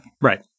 Right